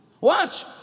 Watch